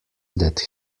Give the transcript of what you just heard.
that